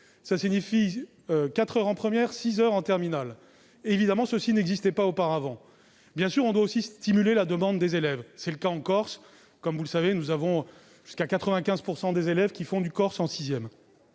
hebdomadaires en première et six en terminale. Évidemment, cela n'existait pas auparavant. Bien sûr, on doit aussi stimuler la demande des élèves. C'est le cas en Corse. Comme vous le savez, jusqu'à 95 % des élèves y étudient le corse en sixième.